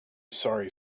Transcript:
sorry